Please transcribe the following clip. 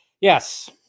Yes